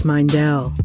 Mindell